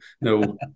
No